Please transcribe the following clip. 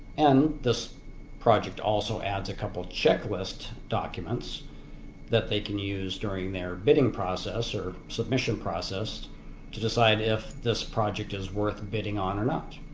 and this project also adds a couple checklist documents that they can use during their bidding process or submission process to decide if this project is worth bidding on or not.